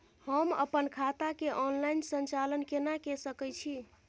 हम अपन खाता के ऑनलाइन संचालन केना के सकै छी?